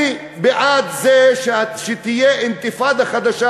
אני בעד זה שתהיה אינתיפאדה חדשה,